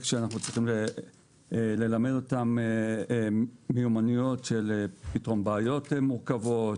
שאנחנו צריכים ללמד אותם מיומנויות של פתרון בעיות מורכבות,